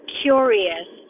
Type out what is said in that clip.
curious